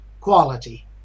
quality